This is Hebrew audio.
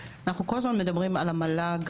כל הזמן אנחנו מדברים על המל"ג,